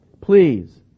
please